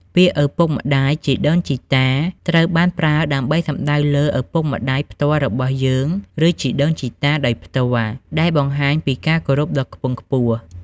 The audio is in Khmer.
ពាក្យ ឪពុក ម្ដាយ ជីដូន ជីតា ត្រូវបានប្រើដើម្បីសំដៅលើឪពុកម្ដាយផ្ទាល់របស់យើង ឬជីដូនជីតា ដោយផ្ទាល់ ដែលបង្ហាញពីការគោរពដ៏ខ្ពង់ខ្ពស់។